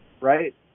right